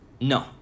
No